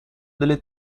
delle